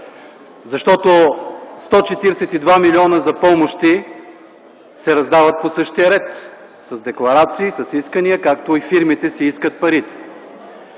защото 142 млн. за помощи се раздават по същия ред – с декларации, с искания, както и фирмите си искат парите.